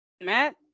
Matt